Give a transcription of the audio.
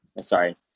Sorry